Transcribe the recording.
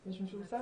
יש מישהו נוסף?